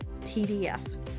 PDF